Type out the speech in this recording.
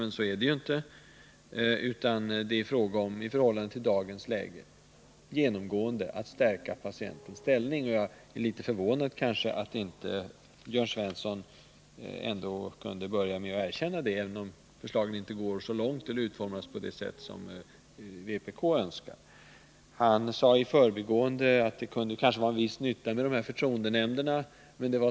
Men så är ju inte fallet, utan det är i förhållande till dagens läge genomgående fråga om att stärka patienternas ställning. Jag är litet förvånad över att Jörn Svensson inte kunde erkänna detta, även om förslaget inte är utformat på det sätt som vpk önskar. Jörn Svensson sade i förbigående att förtroendenämnderna kanske kunde vara till viss nytta.